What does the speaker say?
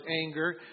anger